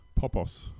Popos